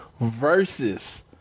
versus